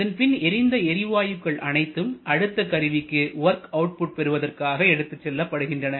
இதன்பின் எரிந்த எரிவாயுக்கள் அனைத்தும் அடுத்த கருவிக்கு வொர்க் அவுட்புட் பெறுவதற்காக எடுத்துச் செல்லப்படுகின்றன